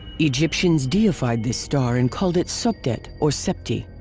egyptians deified this star and called it sopdet or septi.